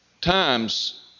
times